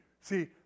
See